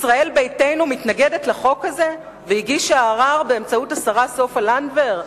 ישראל ביתנו מתנגדת לחוק הזה והגישה ערר באמצעות השרה סופה לנדבר?